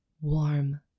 Warm